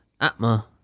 Atma